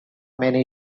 many